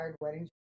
wedding